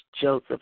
Joseph